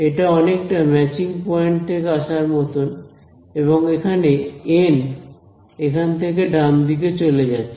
এটা অনেকটা matching point থেকে আসার মত এবং এখানে এন এখান থেকে ডান দিকে চলে যাচ্ছে